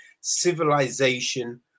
civilization